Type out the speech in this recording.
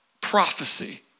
prophecy